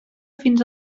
fins